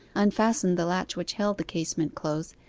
unfastened the latch which held the casement close,